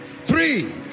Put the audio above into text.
Three